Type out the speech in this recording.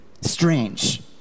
strange